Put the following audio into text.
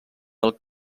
del